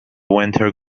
winter